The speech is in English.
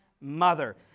mother